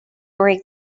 break